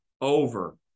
over